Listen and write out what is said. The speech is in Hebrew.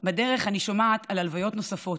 בדרך אני שומעת על הלוויות נוספות,